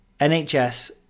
NHS